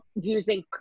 using